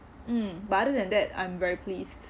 mm but other than that I'm very pleased